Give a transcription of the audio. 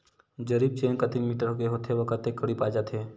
जरीब चेन कतेक मीटर के होथे व कतेक कडी पाए जाथे?